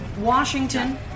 Washington